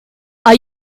are